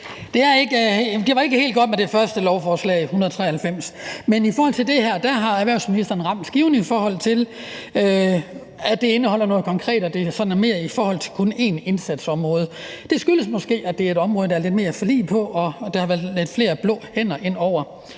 Det var ikke helt godt med det første lovforslag, L 193, men med det her har erhvervsministeren ramt skiven, i forhold til at det indeholder noget konkret og kun er om et indsatsområde. Det skyldes måske, at det er et område, der er lidt mere forlig på, og som der har været lidt flere blå hænder inde over.